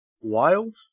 wild